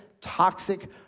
toxic